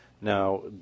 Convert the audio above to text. now